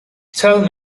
tell